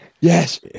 Yes